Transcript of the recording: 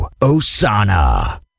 Osana